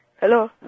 hello